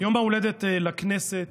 יום ההולדת לכנסת